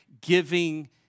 giving